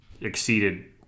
exceeded